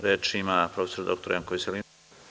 Reč ima prof. dr Janko Veselinović.